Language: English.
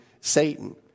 Satan